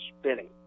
spinning